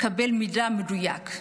לקבל מידע מדויק.